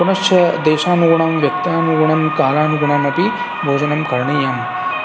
पुनश्च देशानुगुणं व्यक्त्यानुगुणं कालानुगुणम् अपि भोजनं करणीयम् हा